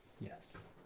yes